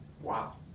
Wow